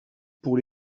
pour